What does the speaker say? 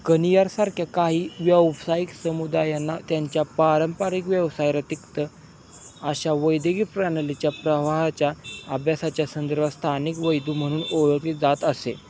कनियारसारख्या काही व्यावसायिक समुदायांना त्यांच्या पारंपरिक व्यवसाय रतिक्त अशा वैद्यकीय प्रणालीच्या प्रवाहाच्या अभ्यासाच्या संदर्भात स्थानिक वैदू म्हणून ओळखली जात असे